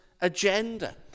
agenda